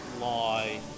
lie